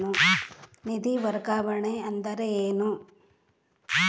ನಿಧಿ ವರ್ಗಾವಣೆ ಅಂದರೆ ಏನು?